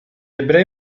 ebrei